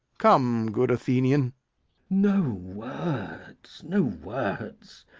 come, good athenian no words, no words!